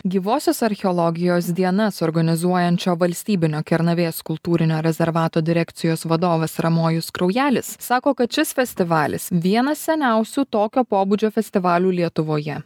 gyvosios archeologijos dienas organizuojančio valstybinio kernavės kultūrinio rezervato direkcijos vadovas ramojus kraujelis sako kad šis festivalis vienas seniausių tokio pobūdžio festivalių lietuvoje